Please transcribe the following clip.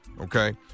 Okay